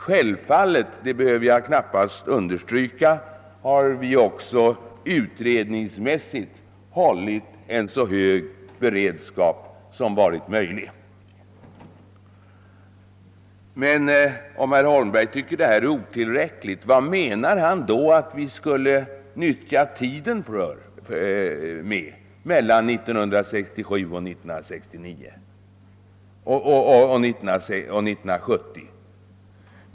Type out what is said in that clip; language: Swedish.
Självfallet har vi, det behöver jag knappast understryka, också utredningsmässigt hållit en så hög beredskap som det varit möjligt. Om herr Holmberg tycker att detta är otillräckligt, hur menar han då att vi skulle ha nyttjat tiden mellan 1967 och 1970?